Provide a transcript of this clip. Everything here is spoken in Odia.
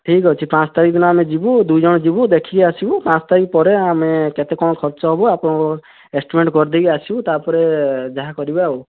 ଠିକ୍ ଅଛି ପାଞ୍ଚ ତାରିଖ ଆମେ ଯିବୁ ଦୁଇ ଜଣ ଯିବୁ ଦେଖିକି ଆସିବୁ ପାଞ୍ଚ ତାରିଖ ପରେ ଆମେ କେତେ କ'ଣ ଖର୍ଚ୍ଚ ହେବ ଆପଣଙ୍କ ଏଷ୍ଟିମେଟ୍ କରିଦେଇକି ଆସିବୁ ତା'ପରେ ଯାହା କରିବା ଆଉ